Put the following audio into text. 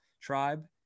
tribe